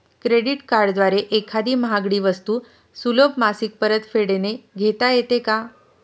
Credit कार्डद्वारे एखादी महागडी वस्तू सुलभ मासिक परतफेडने घेता येते का?